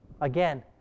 again